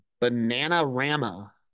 banana-rama